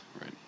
right